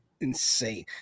insane